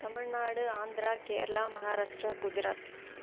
Tamil Nadu Andhra Kerala Maharashtra Gujarat